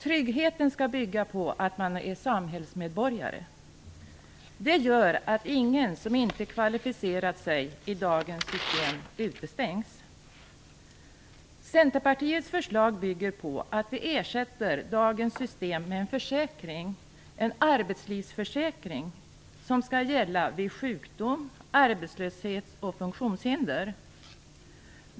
Tryggheten skall bygga på att man är samhällsmedborgare. Detta gör att ingen av dem som inte kvalificerat sig i dagens system utestängs. Centerpartiets förslag bygger på att vi ersätter dagens system med en försäkring - en arbetslivsförsäkring - som skall gälla vid sjukdom, arbetslöshet och funktionshinder.